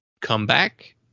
Comeback